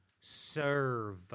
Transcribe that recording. serve